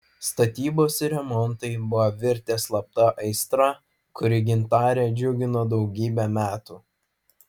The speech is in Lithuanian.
statybos ir remontai buvo virtę slapta aistra kuri gintarę džiugino daugybę metų